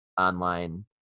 online